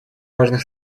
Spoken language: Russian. важных